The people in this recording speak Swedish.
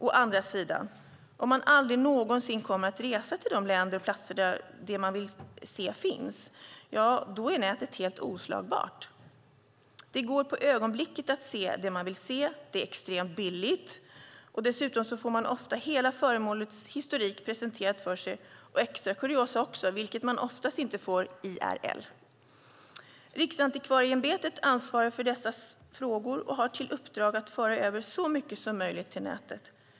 Å andra sidan: Om man aldrig någonsin kommer att resa till de länder och platser där det man vill se finns, då är nätet helt oslagbart. Det går på ögonblicket att se det man vill se. Det är extremt billigt. Dessutom får man ofta hela föremålets historik presenterad för sig och extra kuriosa också, vilket man oftast inte får IRL. Riksantikvarieämbetet ansvarar för dessa frågor och har till uppdrag att föra över så mycket som möjligt till nätet.